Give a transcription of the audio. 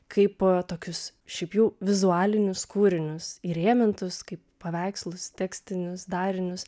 kaip tokius šiaip jau vizualinius kūrinius įrėmintus kaip paveikslus tekstinius darinius